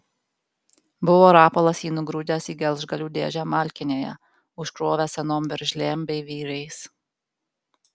buvo rapolas jį nugrūdęs į gelžgalių dėžę malkinėje užkrovęs senom veržlėm bei vyriais